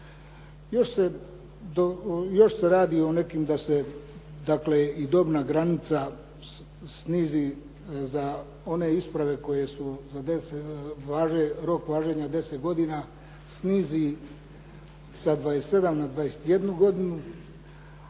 Još se radi o nekim da se dakle i dobna granica snizi za one isprave kojima je rok važenja 10 godina snizi sa 27 na 21 godinu